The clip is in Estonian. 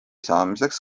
saamiseks